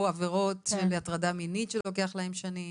עבירות קשות של הטרדה מינית שלוקח להן שנים